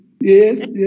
Yes